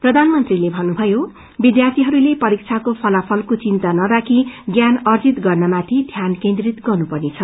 प्रयानमंत्रीले भन्नुभयो विध्यार्थीहरूले परीक्षाको फलाफलाके चिन्ता नराखी ज्ञान अर्जित गर्नमाथि ध्यान केन्द्रित गर्न पर्नेछ